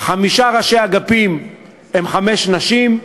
חמישה ראשי אגפים הם נשים.